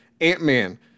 Ant-Man